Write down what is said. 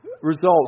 results